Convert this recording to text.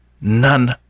None